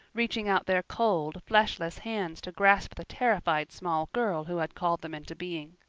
reaching out their cold, fleshless hands to grasp the terrified small girl who had called them into being.